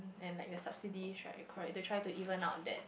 and like the subsidize right correct to try to even out that